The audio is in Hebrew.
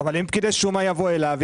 אבל אם פקיד השומה יבוא אליו,